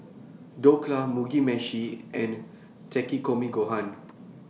Dhokla Mugi Meshi and Takikomi Gohan